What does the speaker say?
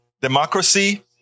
democracy